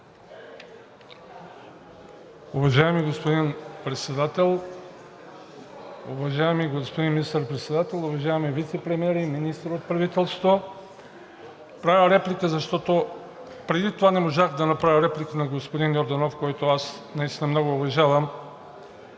Уважаеми господин Председател, уважаеми господин Министър-председател, уважаеми вицепремиери, министри от правителството! Правя реплика, защото преди това не можах да направя реплика на господин Йорданов, който аз наистина много уважавам.